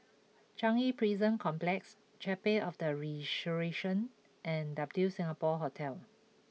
Changi Prison Complex Chapel of the Resurrection and W Singapore Hotel